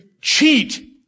cheat